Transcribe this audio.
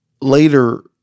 later